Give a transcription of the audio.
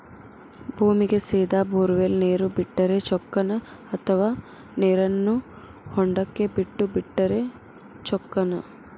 ಭೂಮಿಗೆ ಸೇದಾ ಬೊರ್ವೆಲ್ ನೇರು ಬಿಟ್ಟರೆ ಚೊಕ್ಕನ ಅಥವಾ ನೇರನ್ನು ಹೊಂಡಕ್ಕೆ ಬಿಟ್ಟು ಬಿಟ್ಟರೆ ಚೊಕ್ಕನ?